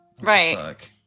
right